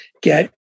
get